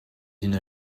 une